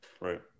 Right